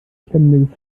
beklemmende